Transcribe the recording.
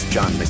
John